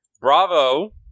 bravo